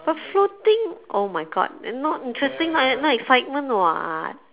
but floating oh my god and not interesting leh no excitement [what]